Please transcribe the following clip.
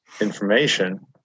information